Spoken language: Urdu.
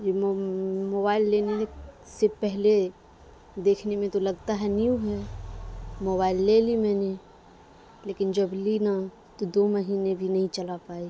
یہ موبائل لینے سے پہلے دیکھنے میں تو لگتا ہے نیو ہے موبائل لے لی میں نے لیکن جب لی نا تو دو مہینے بھی نہیں چلا پائی